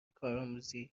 کارآموزی